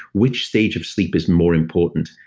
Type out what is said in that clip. which stage of sleep is more important?